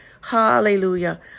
Hallelujah